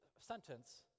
sentence